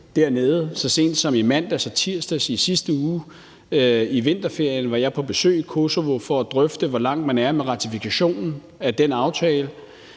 Så sent som i mandags og tirsdags i sidste uge, i vinterferien, var jeg på besøg i Kosovo for at drøfte, hvor langt man er med ratifikationen af den aftale.